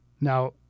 Now